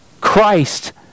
Christ